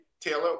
Taylor